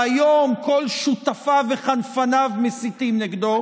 שהיום כל שותפיו וחנפניו מסיתים נגדו,